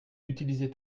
utiliser